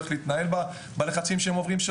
איך להתנהל בלחצי החיים שהם עוברים.